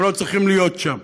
הם לא צריכים להיות שם.